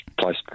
place